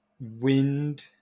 wind